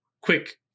quick